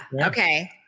Okay